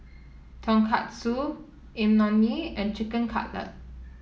Tonkatsu Imoni and Chicken Cutlet